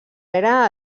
era